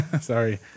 Sorry